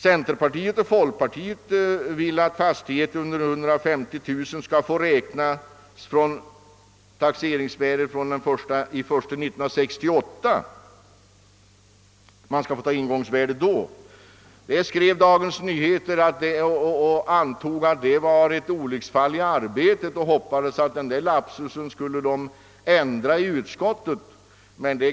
Centerpartiet och folkpartiet vill att man på fastigheter under 150 000 kronor skall ta ett ingångsvärde beräknat på taxeringsvärdet från den 1 januari 1968. Dagens Nyheter antog att detta var ett olycksfall i arbetet och uttryckte en förhoppning om att denna lapsus skulle ändras i utskottet.